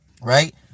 right